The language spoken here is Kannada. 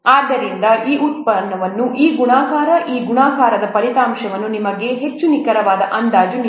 ಆದ್ದರಿಂದ ಈ ಉತ್ಪನ್ನ ಈ ಗುಣಾಕಾರ ಈ ಗುಣಾಕಾರದ ಫಲಿತಾಂಶವು ನಿಮಗೆ ಹೆಚ್ಚು ನಿಖರವಾದ ಅಂದಾಜನ್ನು ನೀಡುತ್ತದೆ